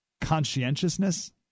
conscientiousness